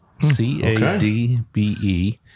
C-A-D-B-E